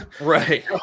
Right